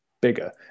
bigger